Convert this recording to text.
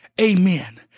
Amen